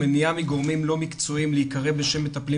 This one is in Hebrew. מניעה מגורמים לא מקצועיים להיקרא בשם מטפלים